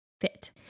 fit